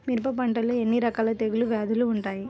మిరప పంటలో ఎన్ని రకాల తెగులు వ్యాధులు వుంటాయి?